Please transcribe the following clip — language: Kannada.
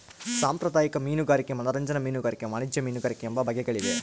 ಸಾಂಪ್ರದಾಯಿಕ ಮೀನುಗಾರಿಕೆ ಮನರಂಜನಾ ಮೀನುಗಾರಿಕೆ ವಾಣಿಜ್ಯ ಮೀನುಗಾರಿಕೆ ಎಂಬ ಬಗೆಗಳಿವೆ